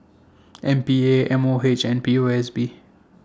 M P A M O H and P O S B